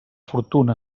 fortuna